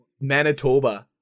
Manitoba